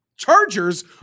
Chargers